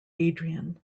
adrian